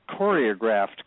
choreographed